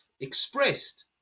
expressed